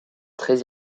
très